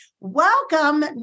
welcome